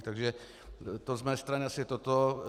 Takže to z mé strany asi toto.